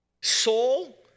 Soul